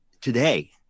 today